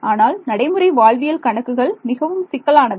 ஆனால் நடைமுறை வாழ்வியல் கணக்குகள் மிகவும் சிக்கலானவை